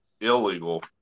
illegal